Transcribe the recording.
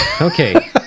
Okay